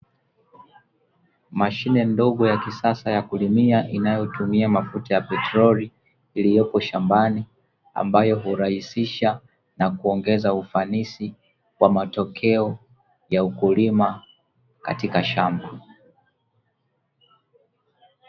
Mashine ndogo ya kisasa ya kulimia inayotumia mafuta ya petroli iliyopo shambani, ambayo hurahisisha na kuongeza ufanisi wa matokeo ya ukulima katika shamba.